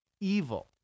evil